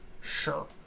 sure